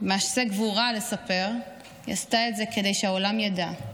מעשה גבורה, לספר, היא עשתה את זה כדי שהעולם ידע,